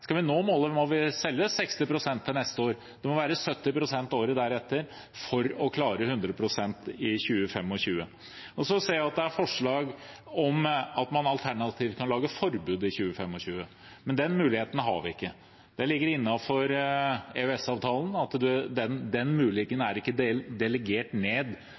Skal vi nå målet, må andelen vi selger, være 60 pst. neste år, og vi må nå 70 pst. året etter for å klare 100 pst. i 2025. Jeg ser at det er forslag om at man alternativt kan lage forbud i 2025, men den muligheten har vi ikke. Det ligger i EØS-avtalen at den muligheten ikke er delegert ned